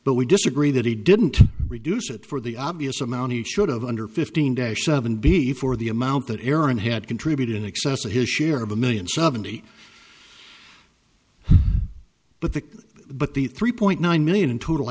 but we disagree that he didn't reduce it for the obvious amount he should have under fifteen days seven before the amount that aaron had contributed in excess of his share of a million seventy but the but the three point nine million in total